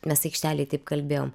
mes aikštelėj taip kalbėjom